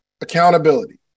accountability